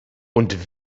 und